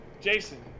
Jason